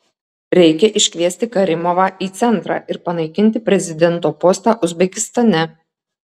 reikia iškviesti karimovą į centrą ir panaikinti prezidento postą uzbekistane